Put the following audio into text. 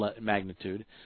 magnitude